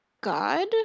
god